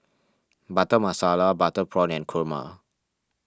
Butter Masala Butter Prawn and Kurma